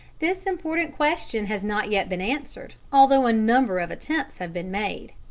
this important question has not yet been answered, although a number of attempts have been made.